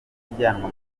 ajyanwa